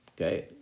Okay